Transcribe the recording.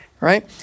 right